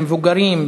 במבוגרים,